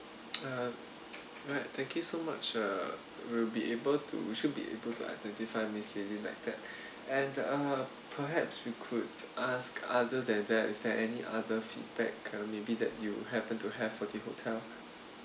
mm uh alright thank you so much ah we'll be able to should be able to identify miss lily like that and uh perhaps we could ask other than that is there any other feedback maybe that you happen to have for the hotel